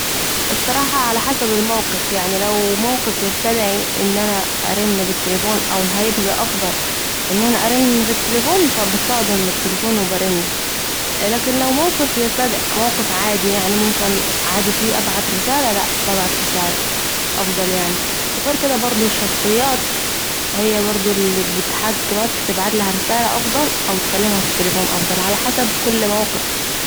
الصراحه على حسب الموقف يعني ، يعني لو موقف يستدعي اني ارن بالتليفون او هيبقي أفضل ان أنا ارن في التليفون فا بستخدم التليفون وبرن ولكن لو موفق يستدعي موقف عادي يعني ينفع فيه ابعت رساله لا ببعت رساله أفضل يعني ، و غير كده بردوا الشخصيات هي الي بتحكمك تبعت لها رساله أفضل او تلكمها في التليفون افضل على حسب كل موقف